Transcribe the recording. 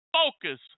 focus